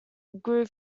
grew